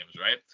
right